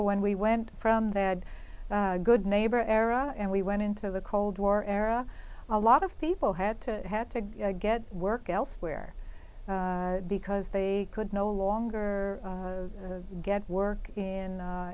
when we went from that good neighbor era and we went into the cold war era a lot of people had to had to get work elsewhere because they could no longer get work in